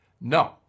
No